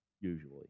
usually